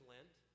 Lent